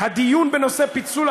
הדיון בנושא פיצול,